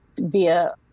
via